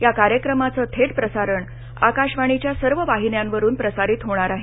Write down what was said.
या कार्यक्रमाचं थेट प्रसारण आकाशवाणीच्या सर्व वाहिन्यांवरून प्रसारित होणार आहे